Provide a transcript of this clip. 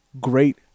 great